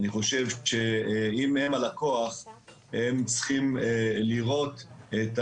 אני חושב שאם הם הלקוח הם צריכים לראות את